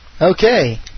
Okay